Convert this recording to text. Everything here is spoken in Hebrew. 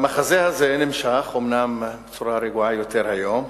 המחזה הזה נמשך, אומנם בצורה רגועה יותר, היום.